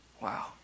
Wow